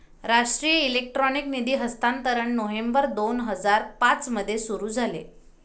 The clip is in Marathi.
राष्ट्रीय इलेक्ट्रॉनिक निधी हस्तांतरण नोव्हेंबर दोन हजार पाँच मध्ये सुरू झाले